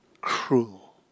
Cruel